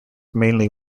mainly